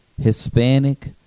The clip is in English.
Hispanic